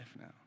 now